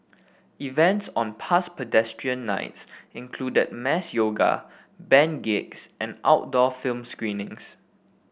events on past Pedestrian Nights included mass yoga band gigs and outdoor film screenings